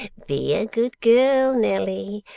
be a good girl, nelly,